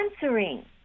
answering